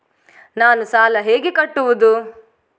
ನಾನು ಸಾಲ ಹೇಗೆ ಕಟ್ಟುವುದು?